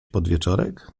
podwieczorek